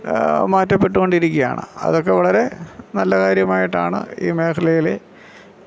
മാറ്റപ്പെട്ടുകൊണ്ടിരിക്കുകയാണ് അതൊക്കെ വളരെ നല്ല കാര്യമായിട്ടാണ് ഈ മേഘലയിൽ